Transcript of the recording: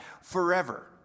forever